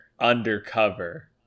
undercover